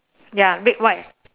ya red white